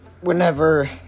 whenever